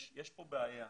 יש כאן בעיה.